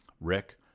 Rick